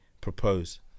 propose